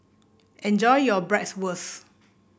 enjoy your Bratwurst